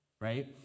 right